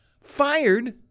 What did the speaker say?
Fired